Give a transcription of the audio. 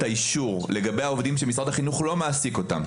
האישור לגבי העובדים שמשרד החינוך לא מעסיק אותם,